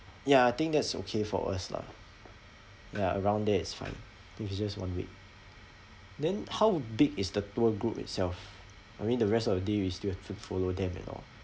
ya I think that's okay for us lah ya around there is fine which is just one week then how big is the tour group itself I mean the rest of the day we still have to follow them at all